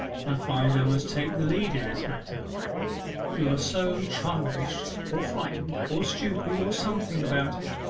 i find i must take the lead in this matter you are so childish, or frightened, or stupid, or something, about it.